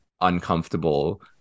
uncomfortable